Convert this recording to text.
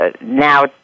now